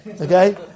Okay